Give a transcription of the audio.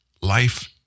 life